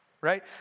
right